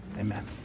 Amen